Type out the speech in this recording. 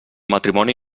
matrimoni